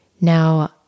Now